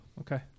okay